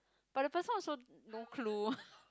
but the person also no clue